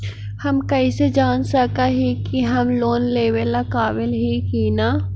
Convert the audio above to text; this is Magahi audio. हम कईसे जान सक ही की हम लोन लेवेला काबिल ही की ना?